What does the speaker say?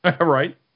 right